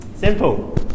simple